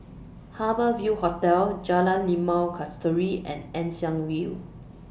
Harbour Ville Hotel Jalan Limau Kasturi and Ann Siang Hill